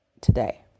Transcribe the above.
today